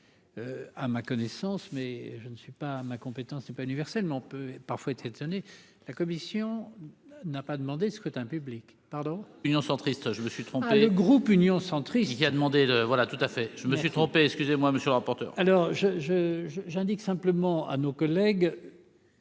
à ma connaissance, mais je ne suis pas ma compétence n'pas universellement peut parfois être étonné la commission n'a pas demandé ce que as un public pardon Union centriste, je me suis trompé le groupe Union centriste. Il a demandé voilà tout à fait, je me suis trompé, excusez-moi, monsieur le rapporteur. Alors je, je, je, j'indique simplement à nos collègues